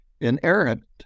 inerrant